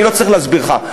אני לא צריך להסביר לך.